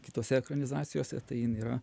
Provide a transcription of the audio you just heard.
kitose ekranizacijose tai jin yra